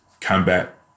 combat